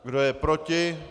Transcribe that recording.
Kdo je proti?